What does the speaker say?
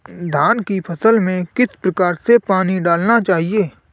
धान की फसल में किस प्रकार से पानी डालना चाहिए?